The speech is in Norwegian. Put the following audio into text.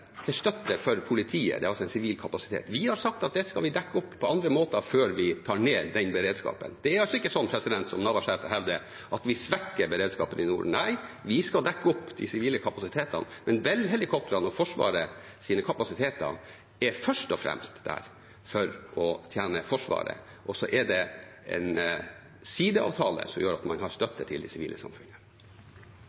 politiet. Det er altså en sivil kapasitet. Vi har sagt at vi skal dekke opp det på andre måter før vi tar ned den beredskapen. Det er ikke slik som Navarsete hevder, at vi svekker beredskapen i nord. Nei, vi skal dekke opp de sivile kapasitetene. Men Bell-helikoptrene og Forsvarets kapasiteter er først og fremst der for å tjene Forsvaret, og så er det en sideavtale som gjør at man